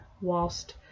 whilst